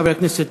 חבר הכנסת